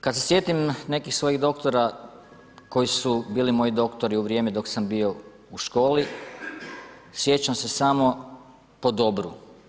Kad se sjetim nekih svojih doktora koji su bili moji doktori u vrijeme dok sam bio u školi, sjećam se samo po dobru.